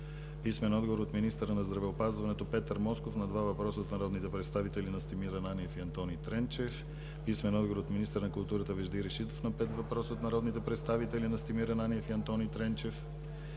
писмен отговор от министъра на здравеопазването Петър Москов на въпроса от народните представители Настимир Ананиев и Антони Тренчев; - писмен отговор от министъра на културата Вежди Рашидов на пет въпроса от народните представители Настимир Ананиев и Антони Тренчев;